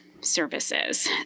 services